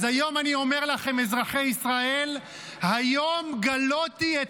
אז היום אני אומר לכם, אזרחי ישראל: היום גלותי את